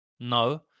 No